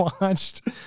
watched